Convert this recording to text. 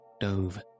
dove